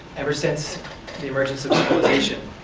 ever since the emergence of civilization,